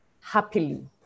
happily